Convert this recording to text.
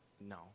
No